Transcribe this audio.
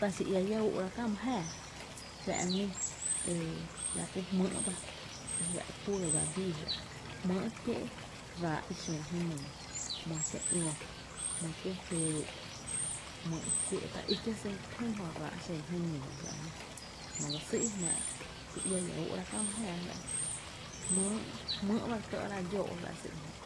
Tá’ xi iä ia ú’ra kä my jáaá fa’ mii e la kú jmý’ ba e fa’ e kuɇɇ dsa bii fa’ jmý’ kié’ ráá’ i xen jenuu, jmý’ kié’ ngö, jmý’ kie’ jöö’, jmý’ kié’ ta í kie’ sýy’ jö ráá’ i xen jenuu, jö ba sý jnáá’ xi iá ia ú’ráá’ kä my jáaá fa’ jmý’ ba re kɇ’rá’ dxóó’ fa’ sý’ janaá’